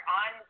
on